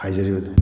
ꯍꯥꯏꯖꯔꯤꯕꯅꯤ